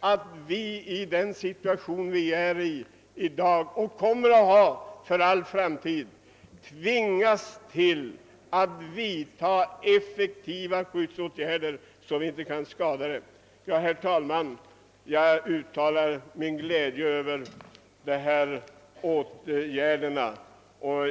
att vi i den situation som råder i dag och som kommer att råda för all framtid tvingas att vidta effektiva skyddsåtgärder för dem. Herr talman! Jag uttalar min glädje över regeringens åtgärd.